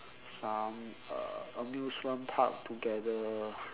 some uh amusement park together